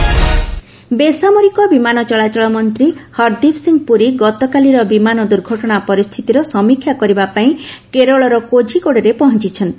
Kozhikode plane crash ବେସାମରିକ ବିମାନ ଚଳାଚଳ ମନ୍ତ୍ରୀ ହରଦୀପ ସିଂ ପୁର ଗତକାଲିର ବିମାନ ଦୁର୍ଘଟଣା ପରିସ୍ଥିତିର ସମୀକ୍ଷା କରିବା ପାଇଁ କେରଳର କୋଝିକୋଡେରେ ପହଞ୍ଚୁଛନ୍ତି